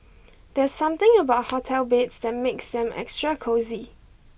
there's something about hotel beds that makes them extra cosy